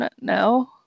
no